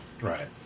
Right